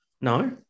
No